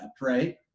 right